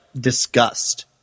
disgust